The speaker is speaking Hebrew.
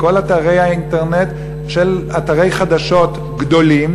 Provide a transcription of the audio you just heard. בכל אתרי האינטרנט של אתרי חדשות גדולים,